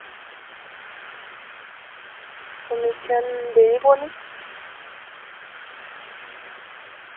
commission देनी पौनी